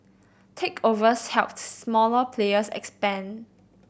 takeovers helped smaller players expand